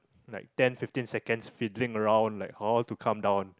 like ten fifteen seconds fiddling around like how to come down